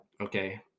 okay